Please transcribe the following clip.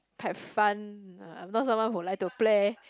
have fun uh I'm not someone who like to play